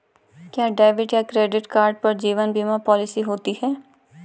क्या डेबिट या credit card पर जीवन बीमा पॉलिसी होती है?